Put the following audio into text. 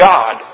God